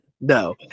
no